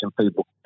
people